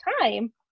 time